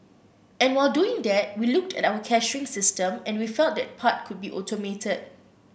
and while doing that we looked at our cashiering system and we felt that part could be automated